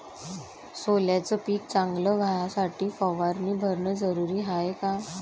सोल्याचं पिक चांगलं व्हासाठी फवारणी भरनं जरुरी हाये का?